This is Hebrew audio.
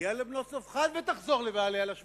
תגיע לבנות צלפחד, ותחזור לבעליה, לשבטים.